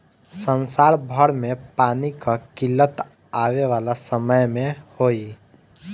संसार भर में पानी कअ किल्लत आवे वाला समय में होई